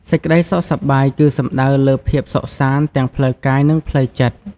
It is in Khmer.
សេចក្តីសុខសប្បាយគឺសំដៅលើភាពសុខសាន្តទាំងផ្លូវកាយ និងផ្លូវចិត្ត។